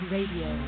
Radio